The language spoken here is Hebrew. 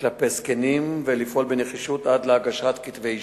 כלפי זקנים ולפעול בנחישות עד להגשת כתבי אישום.